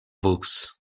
books